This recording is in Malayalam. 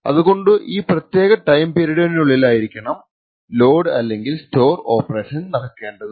അതുകൊണ്ടു ഈ പ്രത്യാക ടൈം പീരിയോഡിനുള്ളിലായിരിക്കണം ലോഡ് അല്ലെങ്കിൽ സ്റ്റോർ ഓപ്പറേഷൻ നടക്കേണ്ടത്